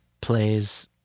plays